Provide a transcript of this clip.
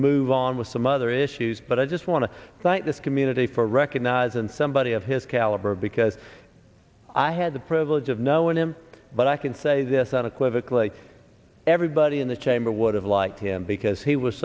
move on with some other issues but i just want to thank this community for recognize and somebody of his caliber because i had the privilege of knowing him but i can say this out of quickly everybody in the chamber would have liked him because he was